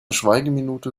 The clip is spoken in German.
schweigeminute